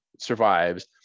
survives